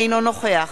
אינו נוכח